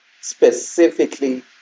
specifically